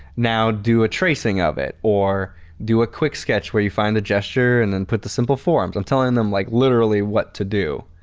now, do a tracing of it or do a quick sketch where you find the gesture and then put the simple forms. i am telling them like literally what to do.